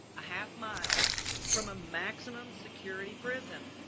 a half mile from a maximum security prison.